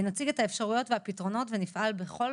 נציג את האפשרויות ואת הפתרונות ונפעל בכל